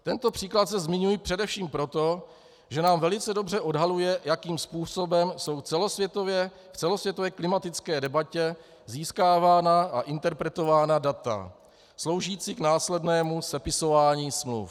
Tento příklad zde zmiňuji především proto, že nám velice dobře odhaluje, jakým způsobem jsou v celosvětové klimatické debatě získávána a interpretována data sloužící k následnému sepisování smluv.